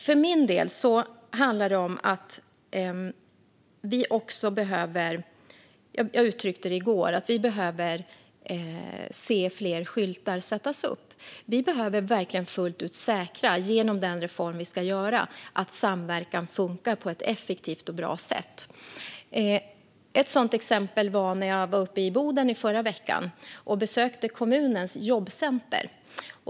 För min del tycker jag att det handlar om att vi också behöver - jag uttryckte det i går - se fler skyltar sättas upp. Vi behöver verkligen fullt ut säkra genom den reform vi ska göra att samverkan funkar på ett effektivt och bra sätt. Ett exempel på bra samverkan är från när jag var uppe i Boden i förra veckan och besökte kommunens jobbcenter.